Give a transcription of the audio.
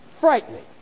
frightening